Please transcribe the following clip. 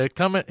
come